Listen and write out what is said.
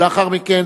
ולאחר מכן,